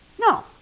No